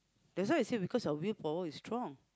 that's why I say because of willpower is strong